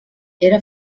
era